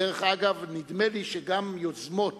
דרך אגב, נדמה לי שגם יוזמות